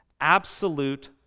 absolute